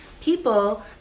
people